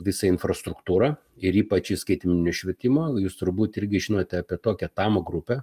visą infrastruktūrą ir ypač į skaitmeninio švietimo jūs turbūt irgi žinote apie tokią tamo grupę